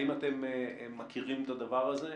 האם אתם מכירים את הדבר הזה?